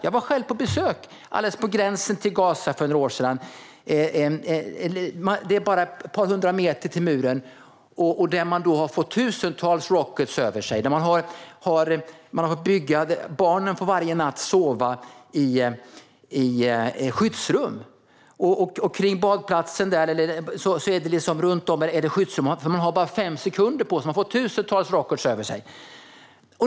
Jag var själv på besök alldeles på gränsen till Gaza för några år sedan. Det är bara ett par hundra meter till muren. Där har man fått tusentals rockets över sig. Barnen får varje natt sova i skyddsrum. Kring badplatsen och runt om är det skyddsrum, eftersom man bara har fem sekunder på sig. Man får tusentals rockets över sig.